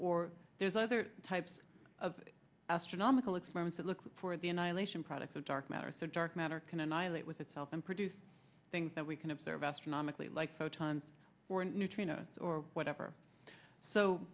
or there's other types of astronomical experiments that look for the annihilation products of dark matter so dark matter can annihilate with itself and produce things that we can observe astronomically like photon or